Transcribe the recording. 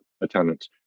attendance